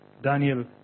Daniel